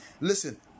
listen